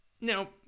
Now